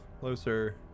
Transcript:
closer